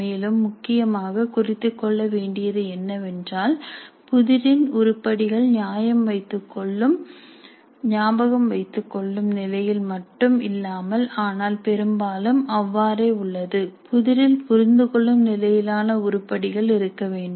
மேலும் முக்கியமாக குறித்துக் கொள்ள வேண்டியது என்னவென்றால் புதிரின் உருப்படிகள் ஞாபகம் வைத்துக்கொள்ளும் நிலையில் மட்டும் இல்லாமல் ஆனால் பெரும்பாலும் அவ்வாறே உள்ளது புதிரில் புரிந்துகொள்ளும் நிலையிலான உருப்படிகள் இருக்கவேண்டும்